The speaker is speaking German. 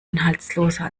inhaltsloser